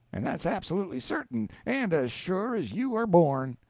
and that's absolutely certain, and as sure as you are born.